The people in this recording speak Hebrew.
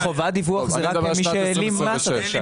חובת דיווח זה גם למי שהעלים מס עכשיו.